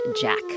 Jack